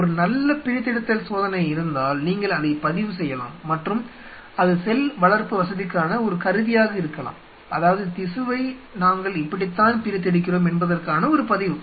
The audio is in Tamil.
ஒரு நல்ல பிரித்தெடுத்தல் சோதனை இருந்தால் நீங்கள் அதை பதிவு செய்யலாம் மற்றும் அது செல் வளர்ப்பு வசதிக்கான ஒரு கருவியாக இருக்கலாம் அதாவது திசுவை நாங்கள் இப்படித்தான் பிரித்தெடுக்கிறோம் என்பதற்கான ஒரு பதிவு